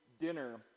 dinner